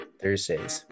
Thursday's